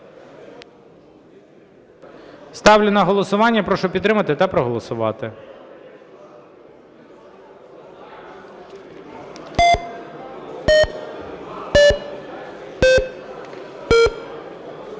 Ставлю на голосування. Прошу підтримати та проголосувати.